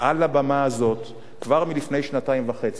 על הבמה הזאת, כבר לפני שנתיים וחצי,